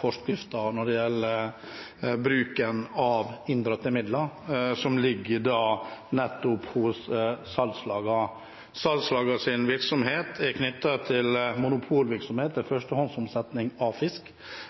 forskriften når det gjelder bruken av inndratte midler som ligger nettopp hos salgslagene. Salgslagenes virksomhet er knyttet til monopolvirksomhet på førstehåndsomsetning av fisk